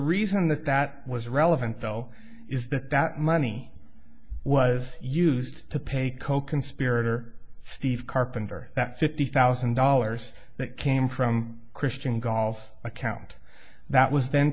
reason that that was relevant though is that that money was used to pay coconspirator steve carpenter that fifty thousand dollars that came from christian gauls account that was then